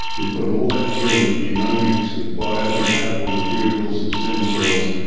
you put all that together with genomics and biocompatible materials and stem cells,